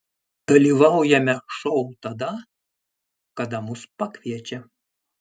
dalyvaujame šou tada kada mus pakviečia